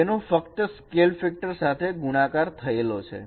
તેનો ફક્ત scale factor સાથે ગુણાકાર થયેલો છે